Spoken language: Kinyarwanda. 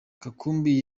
katumbi